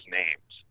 names